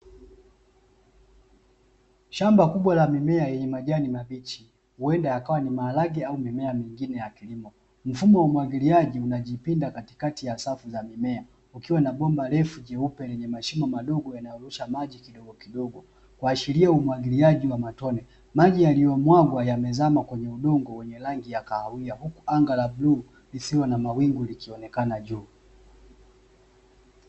Shamba kubwa la mimea lenye majani mabichi, huenda yakawa ni maharage ama au mimea mingine, mfumo wa umwagiliaji unajipinda katikati ya safu za mimea, kukiwa na bomba refu jeupe lenye mashimo yanayorusha maji, kuashiria umwagiliaji wa matone, maji yaliyomwagwa yamezama kwenye udongo wenye rangi ya kahawia, huku anga la bluu lisilo na mawingu likionekana juu.